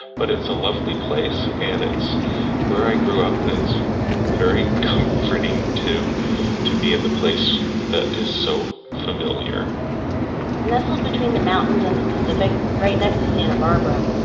but it's a lovely place, and it's where i grew up, and it's very comforting to to be in a place that is so familiar nestled between the mountains and the pacific, right next to santa barbara,